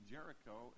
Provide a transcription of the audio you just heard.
Jericho